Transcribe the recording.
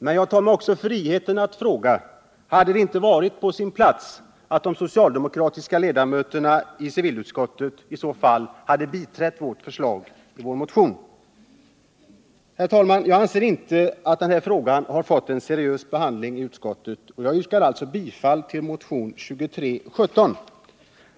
Men jag tar mig också friheten att fråga: Om socialdemokraterna har den uppfattningen, hade det då inte varit på sin plats att de socialdemokratiska ledamöterna i civilutskottet hade biträtt förslaget i vår motion? Herr talman! Jag anser inte att den här frågan har fått en seriös behandling i utskottet och yrkar alltså bifall till vår motion 2317.